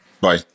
Bye